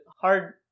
Hard